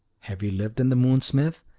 have you lived in the moon, smith,